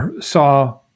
saw